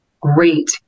great